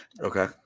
Okay